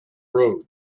road